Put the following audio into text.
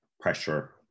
pressure